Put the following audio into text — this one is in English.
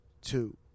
two